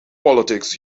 politics